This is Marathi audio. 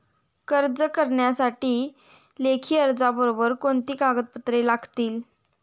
कर्ज करण्यासाठी लेखी अर्जाबरोबर कोणती कागदपत्रे लागतील?